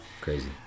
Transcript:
crazy